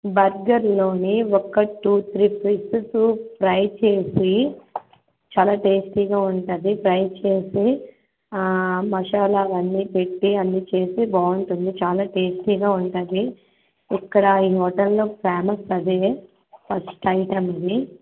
బర్గర్లో ఒక two three pieces fry చేసి చాలా టేస్టీగా ఉంటుంది ఫ్రై చేసి మసాలా అవన్నీ పెట్టి అన్నీ చేసి బాగుంటుంది చాలా టేస్టీగా ఉంటుంది ఇక్కడ ఈ హోటల్లో ఫేమస్ అదే ఫస్ట్ ఐటమ్ ఇది